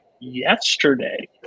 yesterday